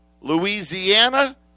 Louisiana